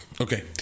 Okay